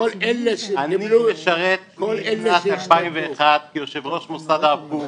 כל אלה ש --- אני משרת משנת 2001 כיושב ראש מוסד הרב קוק,